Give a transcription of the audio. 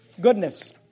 Goodness